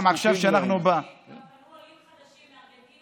גם פנו עולים חדשים מארגנטינה.